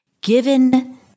Given